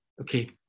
okay